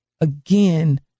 again